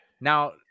Now